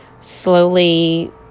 slowly